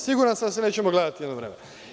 Siguran sam da se nećemo gledati jedno vreme.